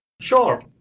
Sure